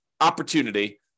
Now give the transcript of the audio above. opportunity